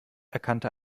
erkannte